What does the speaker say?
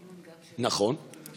נכון,